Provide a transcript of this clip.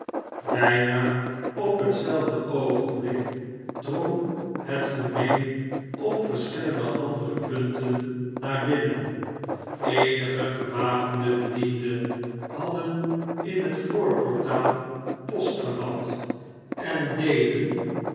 bijna op hetzelfde oogenblik drong het gemeen op verschillende andere punten naar binnen eenige gewapende bedienden hadden in het voorportaal post gevat en deden